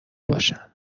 باشن